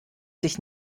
dich